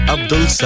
Abdul